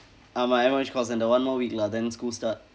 ஆமாம்:aamaam M_O_H course then got one more week lah then school start